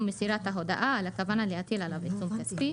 מסירת ההודעה על הכוונה להטיל עליו עיצום כספי,